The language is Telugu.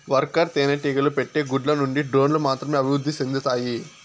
వర్కర్ తేనెటీగలు పెట్టే గుడ్ల నుండి డ్రోన్లు మాత్రమే అభివృద్ధి సెందుతాయి